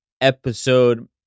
episode